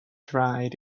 dried